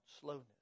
slowness